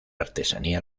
artesanía